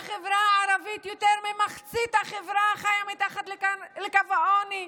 בחברה הערבית יותר ממחצית החברה חיה מתחת לקו העוני.